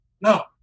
No